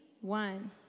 one